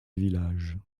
villages